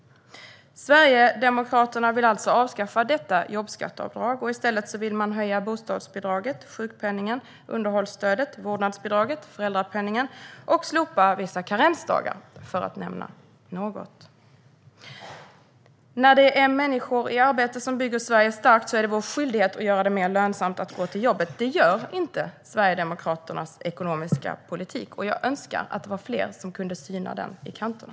Sverigedemokraterna vill alltså avskaffa detta jobbskatteavdrag. I stället vill man bland annat höja bostadsbidraget, sjukpenningen, underhållsstödet, vårdnadsbidraget och föräldrapenningen samt slopa vissa karensdagar. När det är människor i arbete som bygger Sverige starkt är det vår skyldighet att göra det mer lönsamt att gå till jobbet. Sverigedemokraternas ekonomiska politik gör inte detta, och jag önskar att fler kunde syna den i sömmarna.